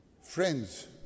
friends